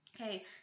Okay